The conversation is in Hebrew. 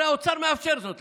הרי האוצר מאפשר זאת.